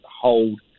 hold